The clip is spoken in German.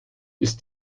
ist